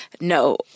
no